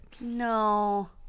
No